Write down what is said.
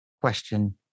Question